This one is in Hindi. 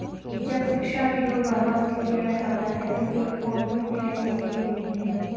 जब शिक्षाविदों द्वारा उपयोग किया जाता है तो एक आर्बिट्रेज एक लेनदेन है